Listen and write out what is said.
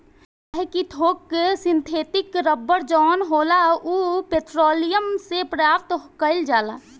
काहे कि थोक सिंथेटिक रबड़ जवन होला उ पेट्रोलियम से प्राप्त कईल जाला